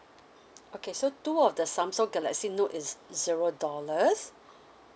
okay so two of the Samsung galaxy note is zero dollar